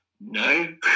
no